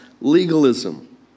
legalism